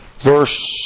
verse